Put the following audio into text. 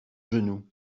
genou